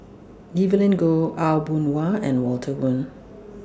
Evelyn Goh Aw Boon Haw and Walter Woon